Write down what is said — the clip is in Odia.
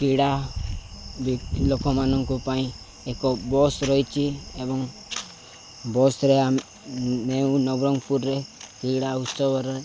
କ୍ରୀଡ଼ା ଲୋକମାନଙ୍କ ପାଇଁ ଏକ ବସ୍ ରହିଛି ଏବଂ ବସ୍ରେ ନେଉ ନବରଙ୍ଗପୁରରେ କ୍ରୀଡ଼ା ଉତ୍ସବରେ